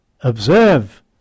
Observe